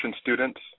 students